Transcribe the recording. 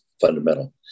fundamental